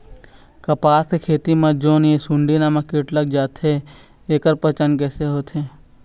कपास के खेती मा जोन ये सुंडी नामक कीट लग जाथे ता ऐकर पहचान कैसे होथे?